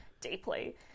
deeply